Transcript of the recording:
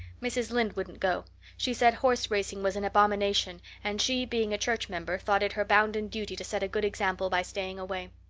mrs. lynde wouldn't go she said horse racing was an abomination and, she being a church member, thought it her bounden duty to set a good example by staying away.